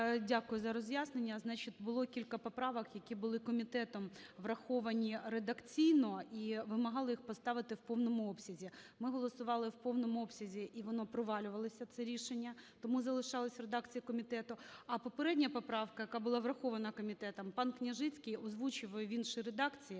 Дякую за роз'яснення. Значить, було кілька поправок, які були комітетом враховані редакційно і вимагали їх поставити в повному обсязі. Ми голосували в повному обсязі - і воно провалювалося, це рішення, тому залишалось в редакції комітету. А попередня поправка, яка була врахована комітетом, панКняжицький озвучив її в іншій редакції,